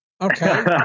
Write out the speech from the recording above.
Okay